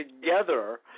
together